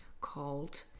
called